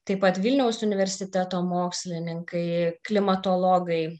taip pat vilniaus universiteto mokslininkai klimatologai